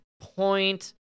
point